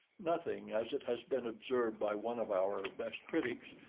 nothing, as it has been observed by one of our best critics,